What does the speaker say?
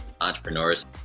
entrepreneurs